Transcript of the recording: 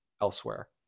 elsewhere